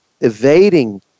evading